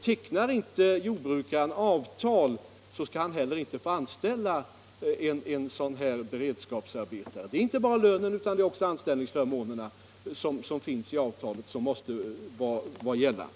Tecknar jordbrukaren inte avtal skall han heller inte få anställa en sådan här beredskapsarbetare. Det är inte bara lönen utan det är också anställningsförmånerna enligt avtalet som måste vara gällande.